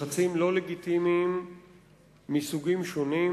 לחצים לא לגיטימיים מסוגים שונים